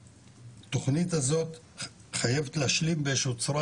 התכנית הזאת חייבת להשלים באיזושהי צורה